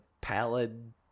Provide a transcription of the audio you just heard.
pallid